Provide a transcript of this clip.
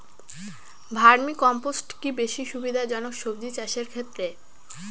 Vermi compost কি বেশী সুবিধা জনক সবজি চাষের ক্ষেত্রে?